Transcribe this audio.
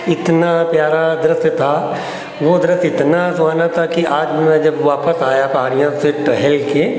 इतना प्यारा दृश्य था वो दृश्य इतना सुहाना था कि आज मैं जब वापस आया टहल के